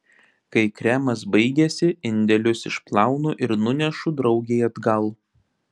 kai kremas baigiasi indelius išplaunu ir nunešu draugei atgal